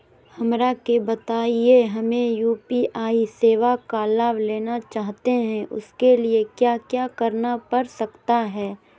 हमरा के बताइए हमें यू.पी.आई सेवा का लाभ लेना चाहते हैं उसके लिए क्या क्या करना पड़ सकता है?